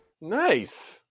Nice